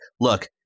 look